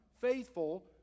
faithful